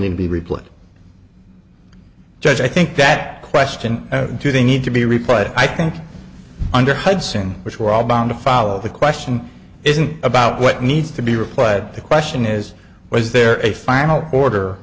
need to be replaced judge i think that question do they need to be replied i think under hudson which we're all bound to follow the question isn't about what needs to be replied the question is was there a final order